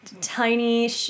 tiny